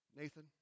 Nathan